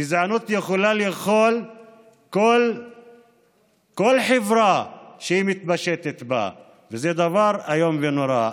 גזענות יכולה לאכול כל חברה כשהיא מתפשטת בה וזה דבר איום ונורא.